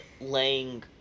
laying